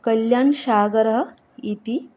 कल्याणसागरः इति